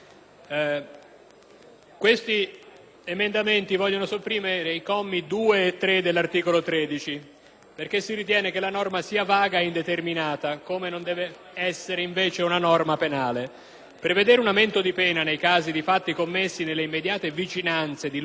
proponiamo di sopprimere i commi 2 e 3 dell'articolo 13. Riteniamo infatti che la norma sia vaga e indeterminata, come invece non deve essere una norma penale. Prevedere un aumento di pena per i fatti commessi nelle immediate vicinanze di luoghi abitualmente frequentati da minori significa